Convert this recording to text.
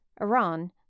Iran